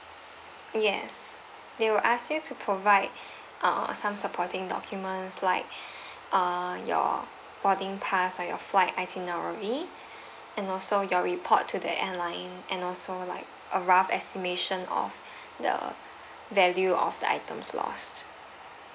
yes they will ask you to provide uh some supporting documents like err your boarding pass or your flight itinerary and also your report to the airline and also like a rough estimation of the value of the items lost